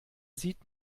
sieht